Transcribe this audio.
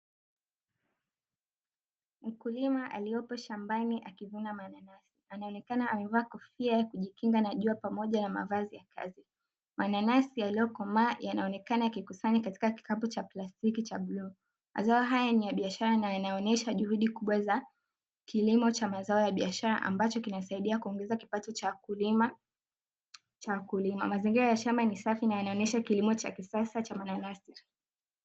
Mkulima aliyopo shambani akivuna mananasi anaonekana amevaa kofia ya kujikinga na jua pamoja na mavazi ya kazi .Mananasi yaliyo komaa yanaonekana yakikusanywa katika kikapu cha plastiki cha bluu mazao haya ni ya biashara na yanaonyesha juhudi kubwa za kulimo cha mazao ya biashara ambacho kinasaidia kuongeza kipato cha mkulima. Mazingira ya shamba ni safi na yanaonyesha kilimo cha kisasa cha mananasi.